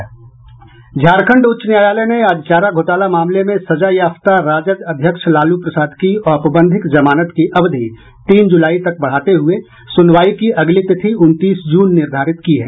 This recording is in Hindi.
झारखंड उच्च न्यायालय ने आज चारा घोटाला मामले में सजायाफ्ता राजद अध्यक्ष लालू प्रसाद की औपबंधिक जमानत की अवधि तीन जुलाई तक बढ़ाते हुये सुनवाई की अगली तिथि उनतीस जून निर्धारित की है